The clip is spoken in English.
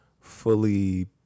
fully